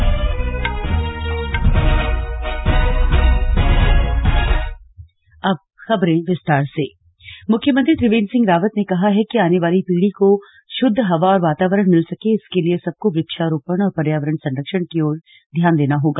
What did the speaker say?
slug CM Harela पर्व मुख्यमंत्री त्रिवेंद्र सिंह रावत ने कहा है कि आने वाली पीढ़ी को शुद्ध हवा और वातावरण मिल सके इसके लिए सबको वृक्षारोपण और पर्यावरण संरक्षण की ओर ध्यान देना होगा